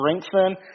strengthen